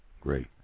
great